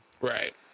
Right